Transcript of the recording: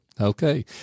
Okay